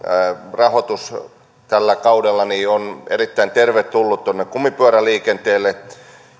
rahoitus tällä kaudella on erittäin tervetullut tuonne kumipyöräliikenteelle